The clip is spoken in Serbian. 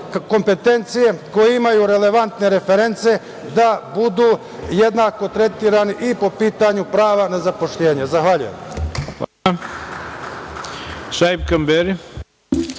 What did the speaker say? kompetencije, koji imaju relevantne reference da budu jednako tretirani i po pitanju prava na zapošljavanje. Zahvaljujem.